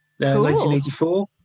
1984